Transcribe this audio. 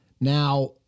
Now